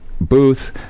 booth